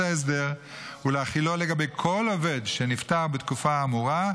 ההסדר ולהחילו לגבי כל עובד שנפטר בתקופה האמורה.